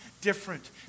different